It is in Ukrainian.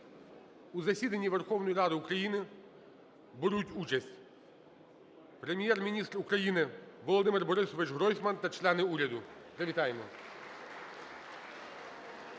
у засіданні Верховної Ради України беруть участь: Прем'єр-міністр України Володимир Борисович Гройсман та члени уряду, привітаємо